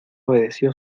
obedeció